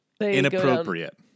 Inappropriate